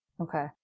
Okay